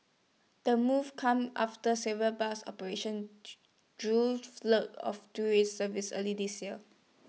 the move comes after several bus operation drew of services earlier this year